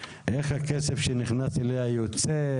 איך הכסף שנכנס אליה יוצא,